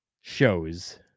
shows